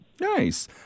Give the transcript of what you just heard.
Nice